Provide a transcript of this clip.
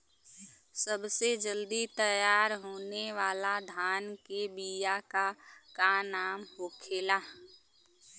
सबसे जल्दी तैयार होने वाला धान के बिया का का नाम होखेला?